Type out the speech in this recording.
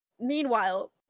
Meanwhile